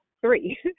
three